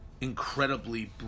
incredibly